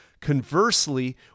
Conversely